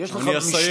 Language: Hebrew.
אני אסיים.